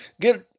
get